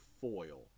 foil